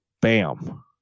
Bam